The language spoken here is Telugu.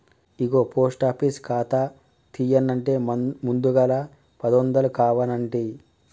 ఇగో పోస్ట్ ఆఫీస్ ఖాతా తీయన్నంటే ముందుగల పదొందలు కావనంటి